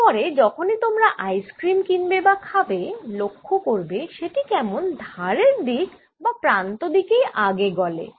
এর পরে যখনই তোমরা আইসক্রিম কিনবে বা খাবে লক্ষ্য করবে সেটি কেমন ধারের দিক বা প্রান্ত থেকেই আগে গলে